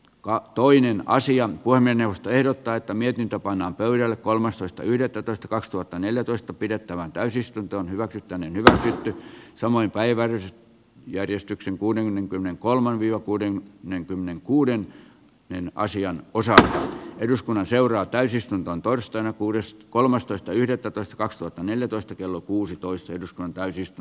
kattoinen asia kuin minusta ehdottaa että mietintö pannaan pöydälle kolmastoista yhdettätoista kaksituhattaneljätoista pidettävään täysistunto hyväksyttäneen saman päivän järistyksen kuudenkymmenenkolmen viime vuoden viidenkymmenenkuuden näin asian osaa eduskunnan seuraa täysistuntoon torstaina kuudes kolmastoista yhdettätoista kaksituhattaneljätoista kello kuusitoista joskaan lakiehdotuksista